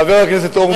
חבר הכנסת הורוביץ,